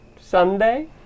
Sunday